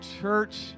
church